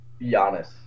Giannis